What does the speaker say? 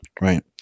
right